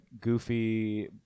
goofy